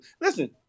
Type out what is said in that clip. Listen